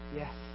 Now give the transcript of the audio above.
yes